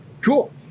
cool